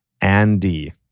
Andy